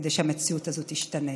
כדי שהמציאות הזאת תשתנה.